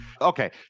Okay